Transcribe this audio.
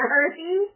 earthy